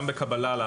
גם בקבלה לעבודה.